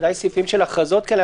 ודאי סעיפים של הכרזות כאלה,